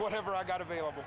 whatever i got available